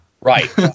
Right